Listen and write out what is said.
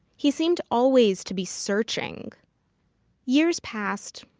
he seemed always to be searching years passed.